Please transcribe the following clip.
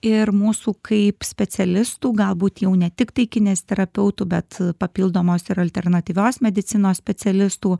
ir mūsų kaip specialistų galbūt jau ne tiktai kineziterapeutų bet papildomos ir alternatyvios medicinos specialistų